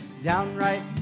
Downright